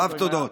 רוב תודות.